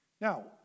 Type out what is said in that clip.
Now